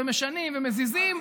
משנים ומזיזים.